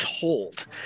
told